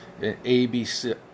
ABC